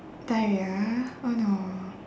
diarrhea oh no